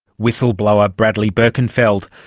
whistleblower bradley birkenfeld,